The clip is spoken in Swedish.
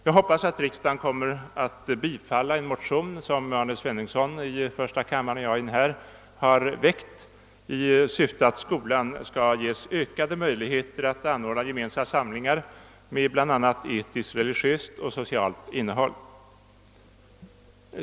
Jag hoppas att riksdagen kommer att bifalla en motion som herr Arne Svenungsson i första kammaren och jag i denna kammare har väckt i syfte att ge skolan ökade möjligheter att anordna gemensamma samlingar med bl.a. etiskt, religiöst och socialt innehåll.